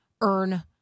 earn